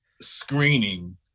screening